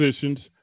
positions